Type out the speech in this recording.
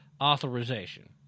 authorization